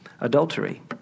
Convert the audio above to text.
adultery